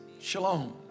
Shalom